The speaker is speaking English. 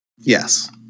Yes